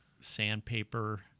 sandpaper